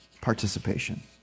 participation